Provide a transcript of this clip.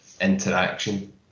interaction